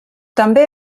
també